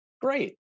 Great